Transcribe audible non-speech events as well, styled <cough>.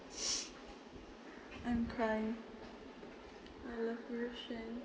<noise> I'm crying I love ro~